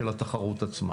של התחרות עצמה.